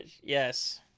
Yes